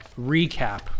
recap